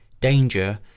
danger